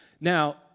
Now